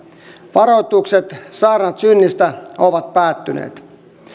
varoitukset saarnat synnistä ovat päättyneet